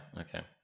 Okay